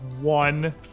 One